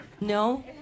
No